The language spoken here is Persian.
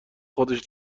خودش